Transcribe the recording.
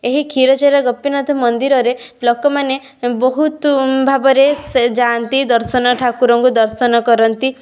ଏହି କ୍ଷୀରଚୋରା ଗୋପୀନାଥ ମନ୍ଦିରରେ ଲୋକମାନେ ବହୁତ ଭାବରେ ସେ ଯାଆନ୍ତି ଦର୍ଶନ ଠାକୁରଙ୍କୁ ଦର୍ଶନ କରନ୍ତି